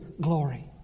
glory